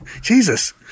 Jesus